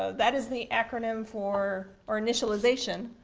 ah that is the acronym for or initialization.